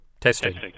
Testing